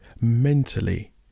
mentally